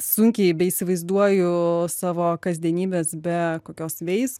sunkiai beįsivaizduoju savo kasdienybės be kokios waze